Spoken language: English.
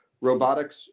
robotics